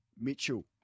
Mitchell